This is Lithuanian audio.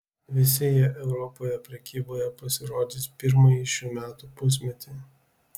visi jie europoje prekyboje pasirodys pirmąjį šių metų pusmetį